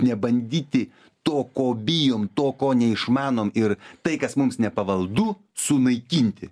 nebandyti to ko bijom to ko neišmanom ir tai kas mums nepavaldu sunaikinti